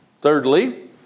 Thirdly